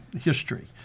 history